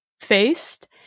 faced